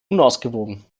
unausgewogen